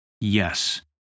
Yes